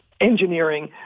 engineering –